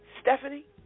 Stephanie